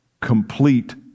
complete